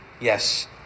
Yes